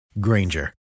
Granger